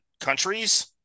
countries